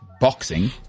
boxing